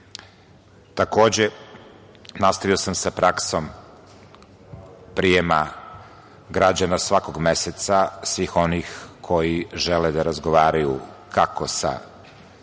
Takođe, nastavio sam sa praksom prijema građana svakog meseca, svih onih koji žele da razgovaraju kako sa